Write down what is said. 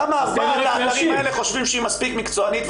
למה --- חושבים שהיא מספיק מקצוענית,